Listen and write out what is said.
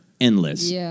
endless